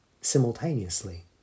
simultaneously